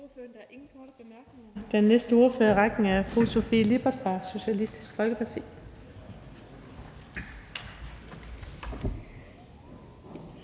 Den næste ordfører i rækken er fru Sofie Lippert fra Socialistisk Folkeparti.